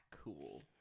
cool